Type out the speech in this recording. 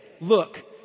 look